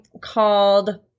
called